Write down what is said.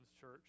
church